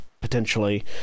potentially